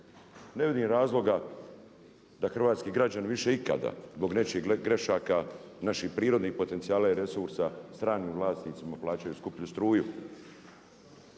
Ne vidim razloga da hrvatski građani više ikada zbog nečijih grešaka, naših prirodnih potencijala i resursa stranim vlasnicima plaćaju skuplju struju.